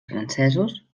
francesos